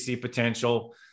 potential